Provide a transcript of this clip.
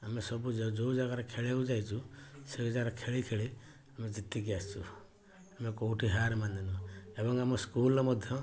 ଆମେ ସବୁ ଯେଉଁ ଜାଗାରେ ଖେଳିବାକୁ ଯାଇଛୁ ସେ ଜାଗାରେ ଖେଳି ଖେଳି ଆମେ ଜିତିକି ଆସିଛୁ ଆମେ କେଉଁଠି ହାର ମାନିନୁ ଏବଂ ଆମ ସ୍କୁଲ୍ର ମଧ୍ୟ